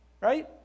right